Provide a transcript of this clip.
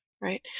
Right